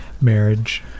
marriage